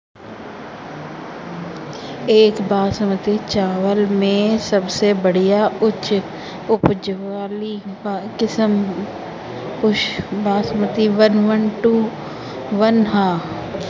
एक बासमती चावल में सबसे बढ़िया उच्च उपज वाली किस्म Pusa Basmati one one two one ह?